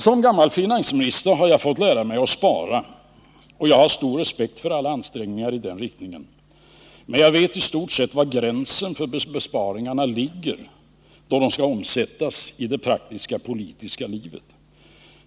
Som gammal finansminister har jag fått lära mig att spara, och jag har stor respekt för alla ansträngningar i den riktningen. Men jag vet i stort sett var gränsen för besparingarna ligger, då de skall omsättas i det praktiska politiska livet.